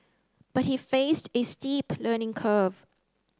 but he faced a steep learning curve